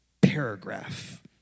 paragraph